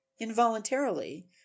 involuntarily